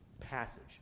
passage